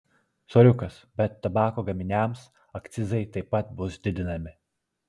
soriukas bet tabako gaminiams akcizai taip pat bus didinami